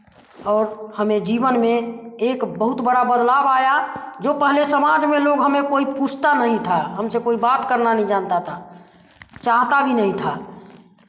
और हमें जीवन में एक बहुत बड़ा बदलाव आया जो पहले समाज में लोग हमे कोई पूछता नहीं था हमसे कोई बात करना नहीं जानता था चाहता भी नहीं था